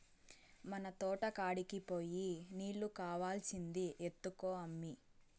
మన తోటకాడికి పోయి నీకు కావాల్సింది ఎత్తుకో అమ్మీ